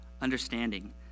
understanding